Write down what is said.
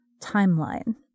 timeline